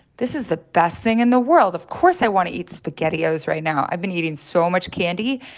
this is the best thing in the world. of course i want to eat spaghettios right now. i've been eating so much candy.